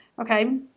okay